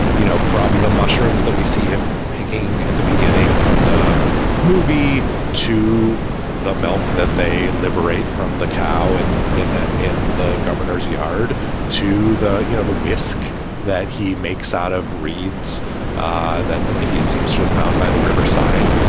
you know, from the mushrooms that we see him picking at the beginning of the movie to the milk that they liberate from the cow and in ah in the governor's yard to the, you know, the whisk that he makes out of reeds ah that he seems to have found by the riverside.